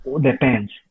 Depends